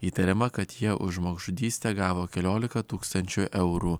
įtariama kad jie už žmogžudystę gavo keliolika tūkstančių eurų